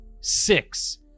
six